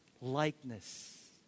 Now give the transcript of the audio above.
likeness